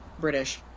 British